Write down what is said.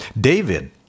David